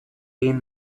egin